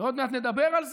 ועוד מעט נדבר על זה.